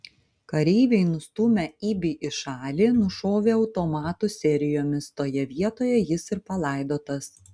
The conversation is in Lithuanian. kareiviai nustūmę ibį į šalį nušovė automatų serijomis toje vietoje jis ir palaidotas